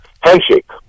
handshake